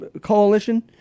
coalition